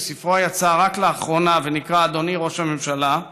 שיצא רק לאחרונה ונקרא "אדוני ראש הממשלה"